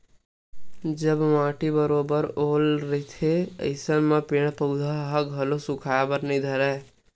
जब माटी म बरोबर ओल रहिथे अइसन म पेड़ पउधा ह घलो सुखाय बर नइ धरय